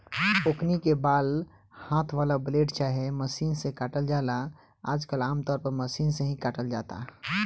ओकनी के बाल हाथ वाला ब्लेड चाहे मशीन से काटल जाला आजकल आमतौर पर मशीन से ही काटल जाता